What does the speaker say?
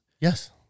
Yes